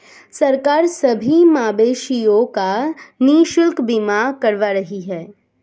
सरकार सभी मवेशियों का निशुल्क बीमा करवा रही है